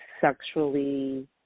sexually